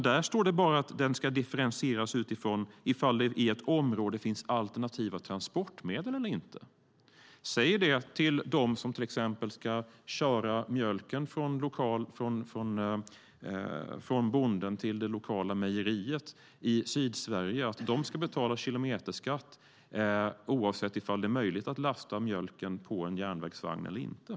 Där står det bara att skatten ska differentieras utifrån om det i ett område finns alternativa transportmedel eller inte. Säg till dem som till exempel ska köra mjölken från bonden till det lokala mejeriet i Sydsverige att de ska betala en kilometerskatt oavsett om det är möjligt att lasta mjölken på en järnvägsvagn eller inte!